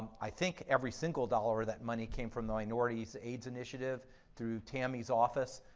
i think every single dollar of that money came from minority so aids initiatives through tammy's office,